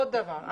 עוד דבר.